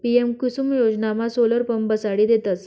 PM Kusum योजनामा solar pump बसाडी देतस